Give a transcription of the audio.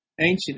Ancient